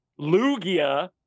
Lugia